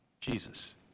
Jesus